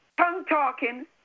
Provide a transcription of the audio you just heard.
tongue-talking